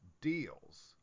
deals